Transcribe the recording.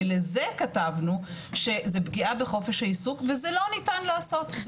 ולזה כתבנו שזה פגיעה בחופש העיסוק וזה לא ניתן לעשות,